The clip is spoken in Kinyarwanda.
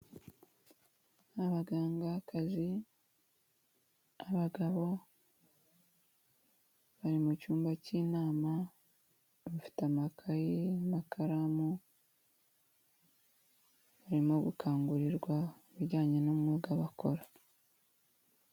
Abagangakazi, abagabo bari mu cyumba cy'inama, bafite amakayi n'akaramu, barimo gukangurirwa ibijyanye n'umwuga bakora.